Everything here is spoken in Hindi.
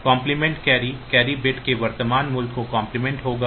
कॉम्प्लीमेंट कैरी कैरी बिट के वर्तमान मूल्य का कॉम्प्लीमेंट होगा